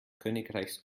königreichs